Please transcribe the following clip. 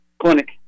Clinic